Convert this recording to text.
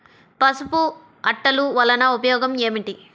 పసుపు అట్టలు వలన ఉపయోగం ఏమిటి?